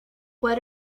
what